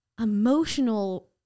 Emotional